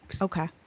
Okay